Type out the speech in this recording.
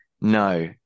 No